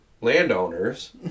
landowners